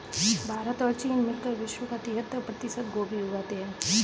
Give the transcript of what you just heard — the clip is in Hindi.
भारत और चीन मिलकर विश्व का तिहत्तर प्रतिशत गोभी उगाते हैं